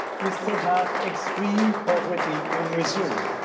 we still have extreme poverty on reserve.